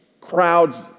Crowds